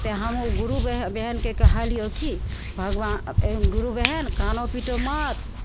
तऽ हम गुरु बहे बहिनकेँ कहलियौ कि भगवान गुरु बहिन कानहु पीटहु मत